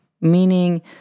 Meaning